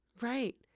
right